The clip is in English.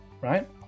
right